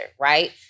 right